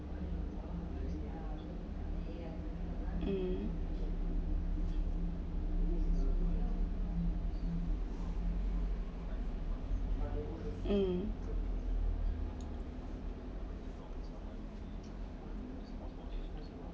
um um